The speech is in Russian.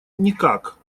никак